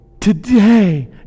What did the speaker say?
today